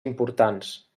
importants